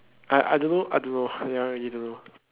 I I don't know I don't know that one really don't know